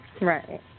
right